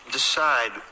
decide